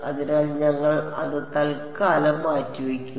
അതിനാൽ ഞങ്ങൾ അത് തൽക്കാലം മാറ്റിവെക്കും